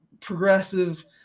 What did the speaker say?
progressive